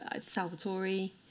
Salvatore